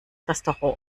restaurant